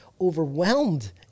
overwhelmed